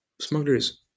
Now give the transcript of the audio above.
Smugglers